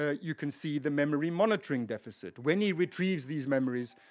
ah you can see the memory monitoring deficit when he retrieves these memories,